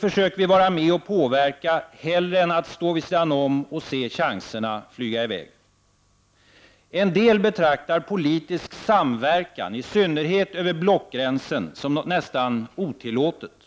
försöker vi vara med och påverka hellre än att stå vid sidan om och se chanserna flyga i väg. En del betraktar politisk samverkan, i synnerhet över blockgränsen, som något nästan otillåtet.